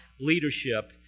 leadership